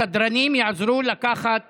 הסדרנים יעזרו לקחת